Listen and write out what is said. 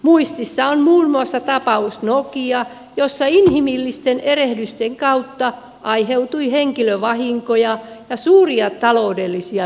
muistissa on muun muassa tapaus nokia jossa inhimillisten erehdysten kautta aiheutui henkilövahinkoja ja suuria taloudellisia menetyksiä